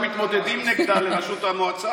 מתמודדים נגדה לראשות המועצה.